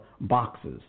boxes